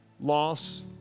loss